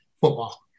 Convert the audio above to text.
football